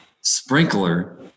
sprinkler